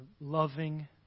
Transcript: loving